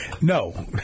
No